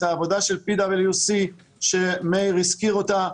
את העבודה של PwC שמאיר הזכיר אותה.